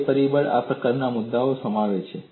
તે પરિબળ આ પ્રકારના મુદ્દાઓને સમાવે છે